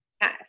yes